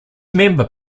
member